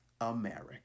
America